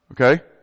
Okay